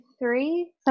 Three